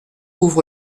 ouvre